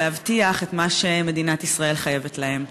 להבטיח את מה שמדינת ישראל חייבת להם.